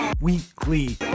Weekly